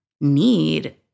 need